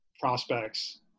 prospects